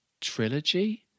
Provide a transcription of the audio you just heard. Trilogy